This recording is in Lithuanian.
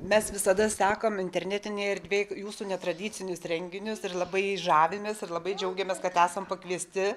mes visada sekam internetinėj erdvėj jūsų netradicinius renginius ir labai žavimės ir labai džiaugiamės kad esam pakviesti